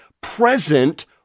present